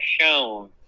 shown